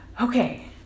Okay